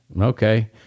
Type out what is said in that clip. Okay